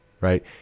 right